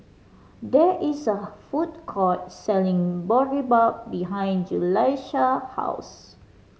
there is a food court selling Boribap behind Julissa house